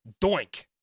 doink